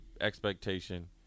expectation